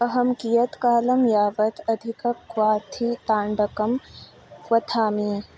अहं कियत् कालं यावत् अधिकक्वाथीताण्डकं क्वथामि